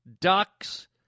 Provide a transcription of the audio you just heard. ducks